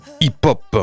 hip-hop